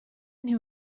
new